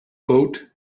boat